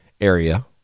area